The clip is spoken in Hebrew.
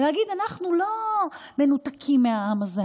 ולהגיד: אנחנו לא מנותקים מהעם הזה,